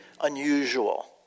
unusual